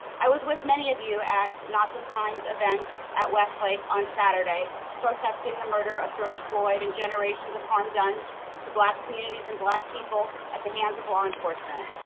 i was with many of you at, not this times event at westlake on saturday protesting the murder of george floyd and generations of harm done to black communities and black people at the hands of law enforcement.